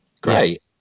great